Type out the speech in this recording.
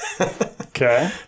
Okay